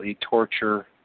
Torture